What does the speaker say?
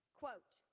quote